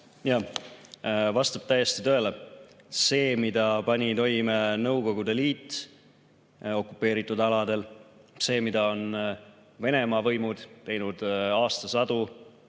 Jah, vastab täiesti tõele. See, mida pani toime Nõukogude Liit okupeeritud aladel, see, mida on Venemaa võimud teinud aastasadu